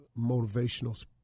motivational